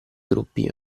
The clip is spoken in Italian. gruppi